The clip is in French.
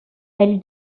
elle